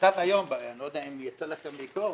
כתב היום, אני לא יודע אם יצא לכם לקרוא,